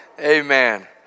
Amen